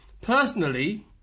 personally